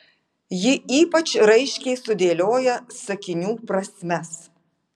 ji ypač raiškiai sudėlioja sakinių prasmes